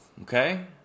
Okay